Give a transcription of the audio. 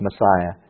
Messiah